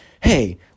hey